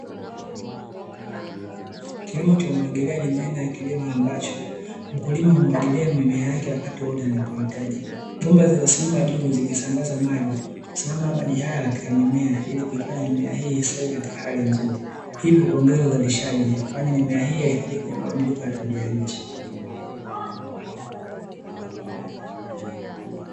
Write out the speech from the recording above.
Kilimo cha umwagiliaji ni aina ya kilimo ambacho mkulima humwagilia mimea yake wakati wowote anapohitaji, bomba zimesimama juu zikisambaza maji usalama wa maji haya katika mimea ili kuifanya mimea hii istawi katika hali nzuri, hivyo kuongeza uzalishaji kwani mimea hii haiathiriki na mabadiliko ya tabia ya nchi.